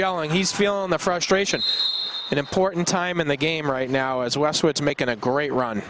yelling he's feeling the frustrations an important time in the game right now as well so it's making a great run